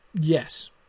yes